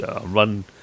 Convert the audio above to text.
run